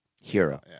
hero